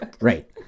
Right